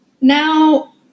Now